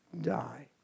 die